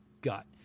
gut